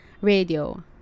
radio